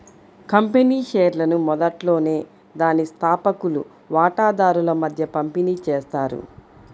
company షేర్లను మొదట్లోనే దాని స్థాపకులు వాటాదారుల మధ్య పంపిణీ చేస్తారు